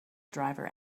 driver